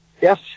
yes